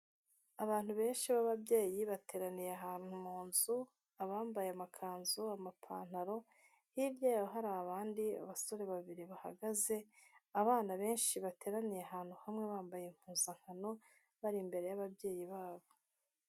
Abantu benshi b'ababyeyi bateraniye ahantu mu nzu, abambaye amakanzu, amapantaro, hirya yaho hari abandi basore babiri bahagaze, abana benshi bateraniye ahantu hamwe bambaye impuzankano bari imbere y'ababyeyi babo.